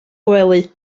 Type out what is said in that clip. gwely